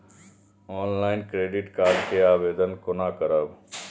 Online credit card के आवेदन कोना करब?